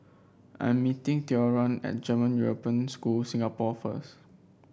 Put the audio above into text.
I am meeting Theron at German European School Singapore first